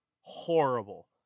Horrible